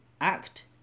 act